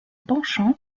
penchant